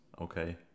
Okay